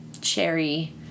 cherry